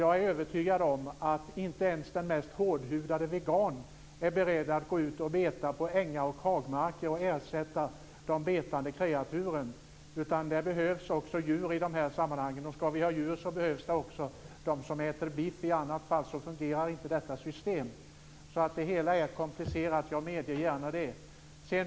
Jag är övertygad om att inte ens den mest hårdhudade vegan är beredd att gå ut och beta på ängar och i hagmarker för att ersätta de betande kreaturen, utan det behövs djur i de här sammanhangen, och ska vi ha djur behövs det också människor som äter biff. I annat fall fungerar inte detta system. Jag medger gärna att detta är komplicerat.